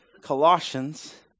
Colossians